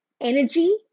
energy